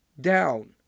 down